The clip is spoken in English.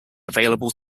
available